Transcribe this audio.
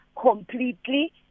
completely